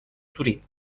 torí